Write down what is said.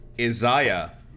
Isaiah